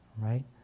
right